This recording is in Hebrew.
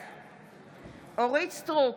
בעד אורית מלכה סטרוק,